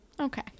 Okay